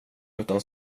utan